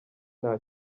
nta